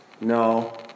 No